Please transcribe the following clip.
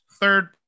third